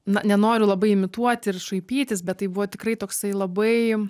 na nenoriu labai imituoti ir šaipytis bet tai buvo tikrai toksai labai